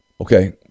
Okay